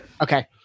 Okay